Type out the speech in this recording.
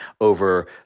over